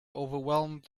overwhelmed